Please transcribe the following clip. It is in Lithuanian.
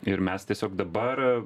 ir mes tiesiog dabar